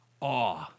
Awe